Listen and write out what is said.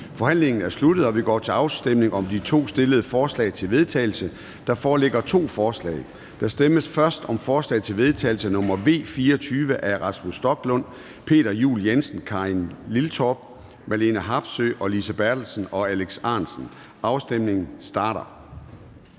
Forhandlingen er sluttet, og vi går til afstemning om de fremsatte forslag til vedtagelse. Der foreligger to forslag. Der stemmes først om forslag til vedtagelse nr. V 24 af Rasmus Stoklund (S), Peter Juel-Jensen (V), Karin Liltorp (M), Marlene Harpsøe (DD), Lise Bertelsen (KF) og Alex Ahrendtsen (DF). Og afstemningen starter.